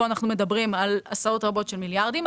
פה אנחנו מדברים על עשרות רבות של מיליארדים,